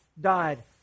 died